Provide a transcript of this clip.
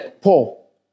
Paul